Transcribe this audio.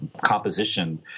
composition